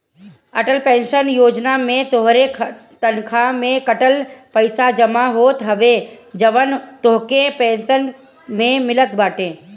Atal pension Yojana में तोहरे तनखा से कटल पईसा जमा होत हवे जवन तोहके पेंशन में मिलत बाटे